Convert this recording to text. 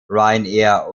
ryanair